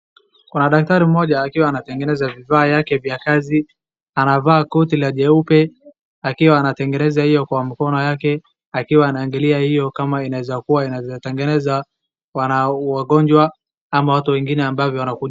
Kuna daktari mmoja akiwa anatengeneza vifaa vyake vya kazi anatengeneza koti la jeupe akiwa anatengeneza kwa mkono yake akiwa anaangalia hiyo kama inaweza tengeneza wagonjwa ama watu wengine ambavyo wanakuja.